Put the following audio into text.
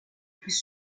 plus